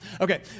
Okay